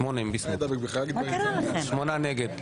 שמונה נגד.